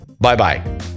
Bye-bye